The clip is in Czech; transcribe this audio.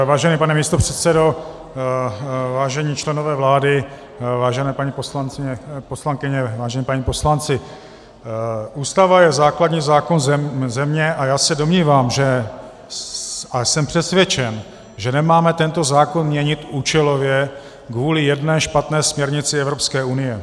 Vážený pane místopředsedo, vážení členové vlády, vážené paní poslankyně, vážení páni poslanci, Ústava je základní zákon země a já se domnívám a jsem přesvědčen, že nemáme tento zákon měnit účelově kvůli jedné špatné směrnici Evropské unie.